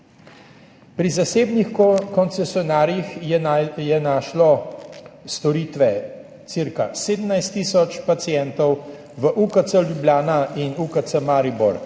Pri zasebnih koncesionarjih je našlo storitve cirka 17 tisoč pacientov, v UKC Ljubljana in UKC Maribor